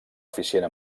eficient